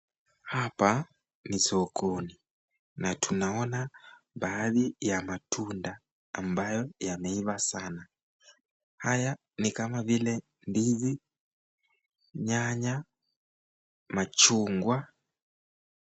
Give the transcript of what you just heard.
Hapa ni sokoni na tunaona baadhi ya matunda ambayo yameiva sana haya ni kama vile ndizi, nyanya, machungwa.